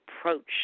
approach